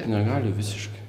negali visiškai